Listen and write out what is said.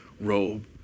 robe